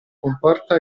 comporta